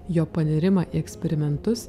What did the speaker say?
jo panirimą į eksperimentus